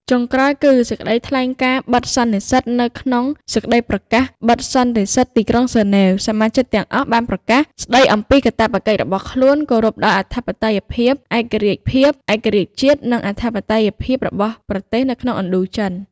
ចុងក្រោយគឺ សេចក្តីថ្លែងការបិទសន្និសីទ នៅក្នុងសេចក្តីប្រកាសបិទសន្និសីទទីក្រុងហ្សឺណវ សមាជិកទាំងអស់បានប្រកាស ស្តីអំពីកាតព្វកិច្ចរបស់ខ្លួន គោរពដល់អធិបតេយ្យភាព ឯករាជ្យភាព ឯករាជ្យជាតិ និងអធិបតេយ្យភាពរបស់ប្រទេសនៅក្នុងឥណ្ឌូ ចិន។